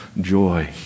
joy